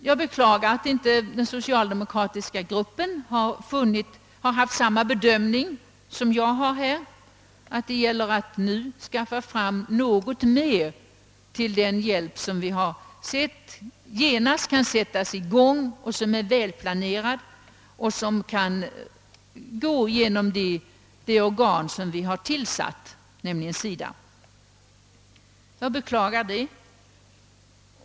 Jag beklagar att inte hela den socialdemokratiska riksdagsgruppen härvidlag har samma be "dömning — att det nu gäller att skaffa fram något mer pengar, så att den välplanerade hjälpen kan sättas i gång genom det organ vi inrättat på området, nämligen SIDA.